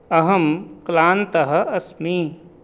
अहं क्लान्तः अस्मि